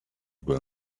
will